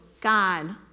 God